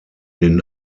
den